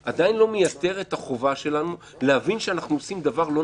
בעצם מגלה את דעתה כבר בפעם השנייה שהיא רוצה את הנורבגי